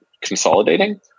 consolidating